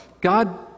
God